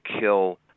kill